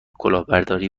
کلاهبرداری